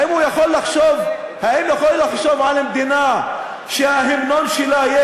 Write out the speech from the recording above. האם הוא יכול לחשוב על מדינה שההמנון שלה יהיה